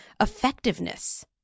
effectiveness